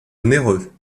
onéreux